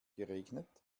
geregnet